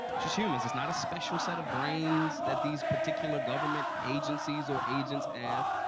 just humans. it's not a special set of brains that these particular government agencies or agents have.